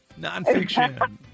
nonfiction